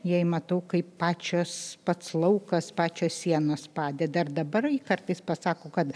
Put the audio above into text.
jai matau kaip pačios pats laukas pačios sienos padeda ir dabar ji kartais pasako kad